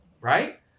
right